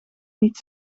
niet